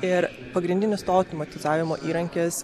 ir pagrindinis to automatizavimo įrankis